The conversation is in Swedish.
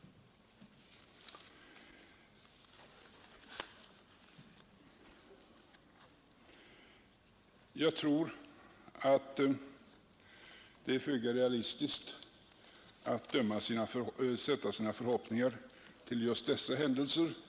Jag tror att det är föga realistiskt att sätta sina förhoppningar till just dessa händelser.